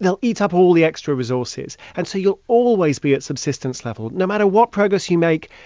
they'll eat up all the extra resources. and so you'll always be at subsistence level. no matter what progress you make,